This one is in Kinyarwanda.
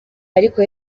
ariko